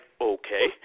okay